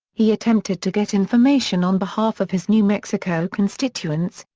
he attempted to get information on behalf of his new mexico constituents,